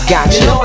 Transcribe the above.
Gotcha